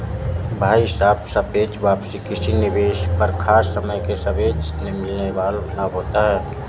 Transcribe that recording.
भाई साहब सापेक्ष वापसी किसी निवेश पर खास समय के सापेक्ष मिलने वाल लाभ होता है